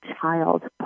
child